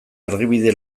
argibide